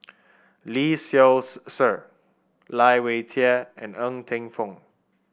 Lee Seow Ser Lai Weijie and Ng Teng Fong